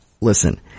listen